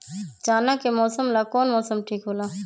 चाना के फसल ला कौन मौसम ठीक होला?